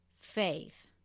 faith